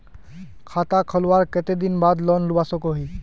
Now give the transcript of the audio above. खाता खोलवार कते दिन बाद लोन लुबा सकोहो ही?